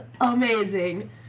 amazing